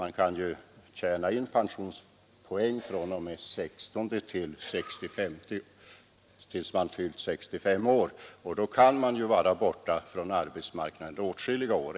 Man kan ju tjäna in pensionspoäng fr.o.m. 16 år tills man fyllt 65 år, och då kan man vara borta från arbetsmarknaden åtskilliga år.